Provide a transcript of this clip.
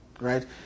Right